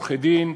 עורכי-דין,